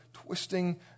twisting